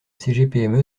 cgpme